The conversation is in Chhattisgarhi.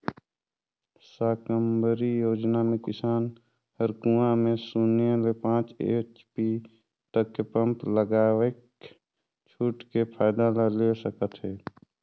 साकम्बरी योजना मे किसान हर कुंवा में सून्य ले पाँच एच.पी तक के पम्प लगवायके छूट के फायदा ला ले सकत है